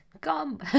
come